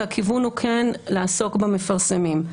והכיוון הוא כן לעסוק במפרסמים.